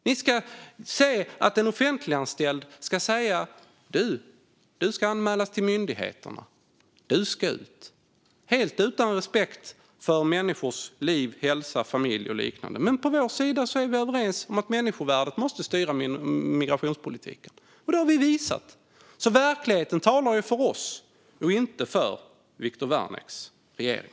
Ni vill att en offentliganställd ska säga "du ska anmälas till myndigheterna; du ska ut" - helt utan respekt för människors liv, hälsa, familj och liknande. På vår sida är vi överens om att människovärdet måste styra migrationspolitiken, och det har vi visat. Verkligheten talar alltså för oss, inte för Viktor Wärnicks regering.